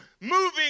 moving